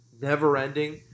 never-ending